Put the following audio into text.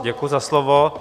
Děkuji za slovo.